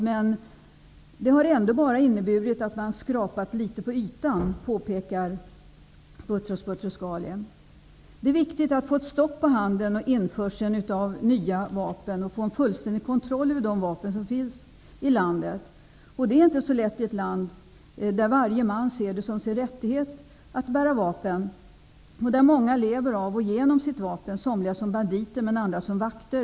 Men det har ändå bara inneburit att man har skrapat litet på ytan, påpekar Boutros Boutros Det är viktigt att få stopp på handeln och införseln av nya vapen och att få en fullständig kontroll över de vapen som finns i landet. Det är inte så lätt i ett land där varje man ser det som sin rättighet att bära vapen och där många lever av och genom sitt vapen, somliga som banditer men andra som vakter.